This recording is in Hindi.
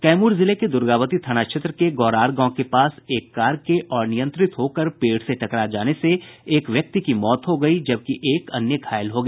कैमूर जिले के दुर्गावती थाना क्षेत्र के गौरार गांव के पास एक कार के अनियंत्रित होकर पेड़ से टकरा जाने से एक व्यक्ति की मौत हो गयी जबकि एक अन्य घायल हो गया